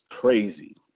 crazy